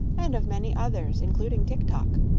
and of many others, including tik-tok.